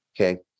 okay